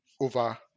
over